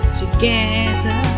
together